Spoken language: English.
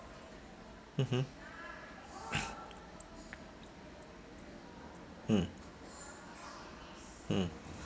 mmhmm mm mm